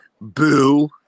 Boo